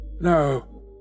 No